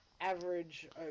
average